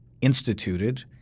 instituted